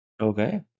Okay